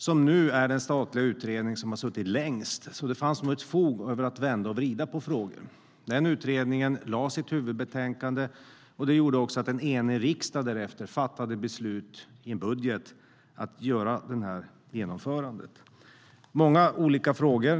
Den är nu den statliga utredning som har suttit längst, så det fanns nog fog för att vrida och vända på frågorna. Många olika frågor har avhandlats.